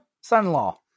Son-in-law